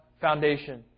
foundation